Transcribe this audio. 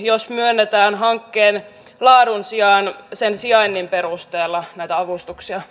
jos myönnetään hankkeen laadun sijaan sen sijainnin perusteella näitä avustuksia